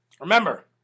Remember